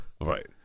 Right